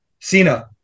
cena